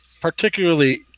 particularly